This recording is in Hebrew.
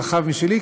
רחב משלי,